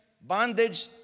bondage